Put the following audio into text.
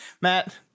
Matt